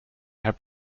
have